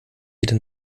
jede